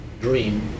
dream